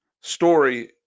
story